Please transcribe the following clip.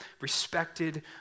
respected